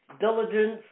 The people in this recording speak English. diligence